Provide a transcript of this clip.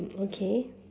okay